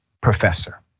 professor